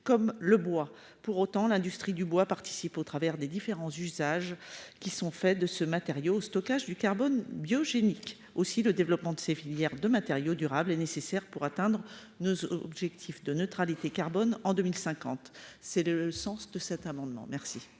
comme le bois pour autant l'industrie du bois participe au travers des différents usages qui sont faites de ce matériau stockage du carbone biochimiques aussi le développement de ces filières de matériaux durables est nécessaire pour atteindre nos objectifs de neutralité carbone en 2050. C'est le sens de cet amendement. Merci.